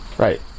Right